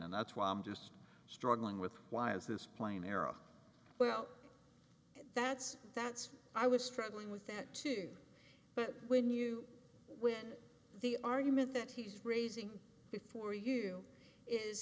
and that's why i'm just struggling with why is this plain era well that's that's i was struggling with that too but when you win the argument that he's raising it for you is